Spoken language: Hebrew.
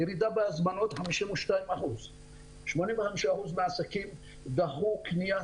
ירידה בהזמנות 52%. 85% מהעסקים דחו קניית